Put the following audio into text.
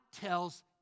tells